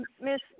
Miss